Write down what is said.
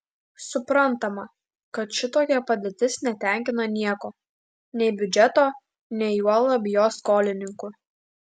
suprantama kad šitokia padėtis netenkino nieko nei biudžeto nei juolab jo skolininkų